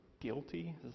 guilty